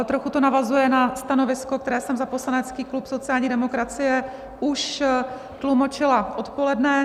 Trochu to navazuje na stanovisko, které jsem za poslanecký klub sociální demokracie už tlumočila odpoledne.